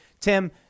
Tim